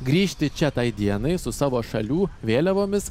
grįžti čia tai dienai su savo šalių vėliavomis